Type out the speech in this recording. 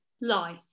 lie